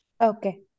Okay